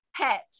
pet